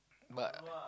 but